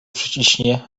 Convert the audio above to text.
przyciśnie